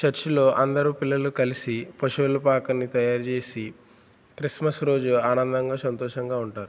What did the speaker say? చర్చిలో అందరు పిల్లలు కలిసి పశువుల పాకని తయారుజేసి క్రిస్మస్ రోజు ఆనందంగా సంతోషంగా ఉంటారు